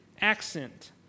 accent